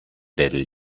del